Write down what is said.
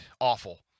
awful